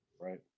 right